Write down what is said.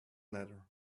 ladder